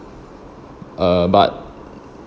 uh but